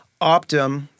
Optum